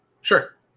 Sure